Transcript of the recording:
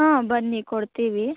ಹಾಂ ಬನ್ನಿ ಕೊಡ್ತೀವಿ